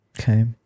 Okay